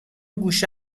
گوشه